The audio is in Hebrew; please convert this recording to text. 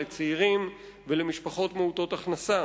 לצעירים ולמשפחות מעוטות הכנסה.